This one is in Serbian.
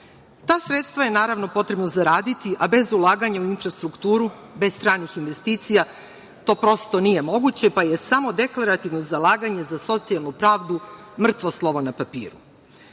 Ta sredstva je, naravno, potrebno zaraditi, a bez ulaganja u infrastrukturu, bez stranih investicija, to prosto nije moguće, pa je samo deklarativno zalaganje za socijalnu pravdu mrtvo slovo na papiru. Zakon